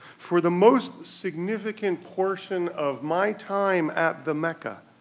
for the most significant portion of my time at the mecca,